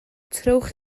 trowch